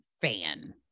fan